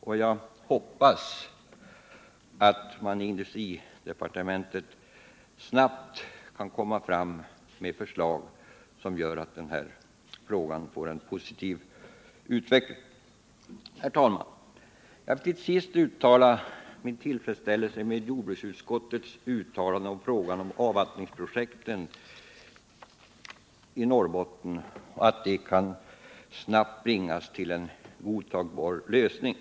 Jag hoppas att man inom industridepartementet snabbt kan komma fram med förslag som gör att denna fråga får en positiv utveckling. Herr talman! Jag vill till sist uttrycka min tillfredsställelse med jordbruksutskottets uttalande att frågan om markavvattningsprojekten i Norrbotten snarast kan bringas till en godtagbar lösning.